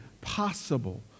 possible